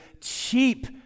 cheap